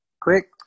Quick